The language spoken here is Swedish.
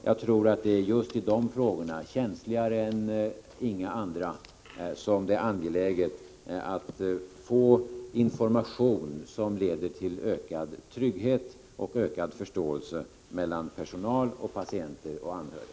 Jag tror att det är just i dessa frågor, som är känsligare än några andra, som det är angeläget att få information som leder till ökad trygghet och ökad förståelse mellan personal, patienter och anhöriga.